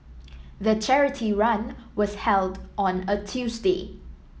the charity run was held on a Tuesday